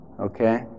Okay